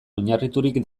oinarriturik